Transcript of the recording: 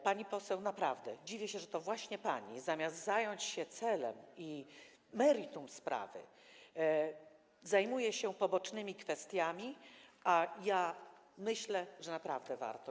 Pani poseł, naprawdę, dziwię się, że to właśnie pani, zamiast zająć się celem i meritum sprawy, zajmuje się pobocznymi kwestiami, a ja myślę, że naprawdę warto.